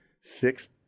six